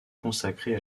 consacrée